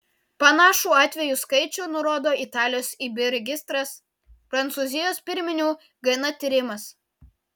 panašų atvejų skaičių nurodo italijos ib registras prancūzijos pirminių gn tyrimas